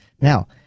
now